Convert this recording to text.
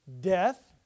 death